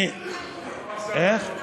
איך?